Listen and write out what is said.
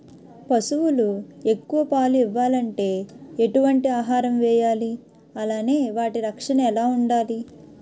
పశువులు ఎక్కువ పాలు ఇవ్వాలంటే ఎటు వంటి ఆహారం వేయాలి అలానే వాటి రక్షణ ఎలా వుండాలి?